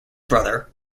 brother